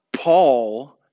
Paul